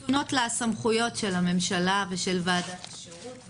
מוקנות לה הסמכויות של הממשלה ושל ועדת השירות.